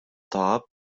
таап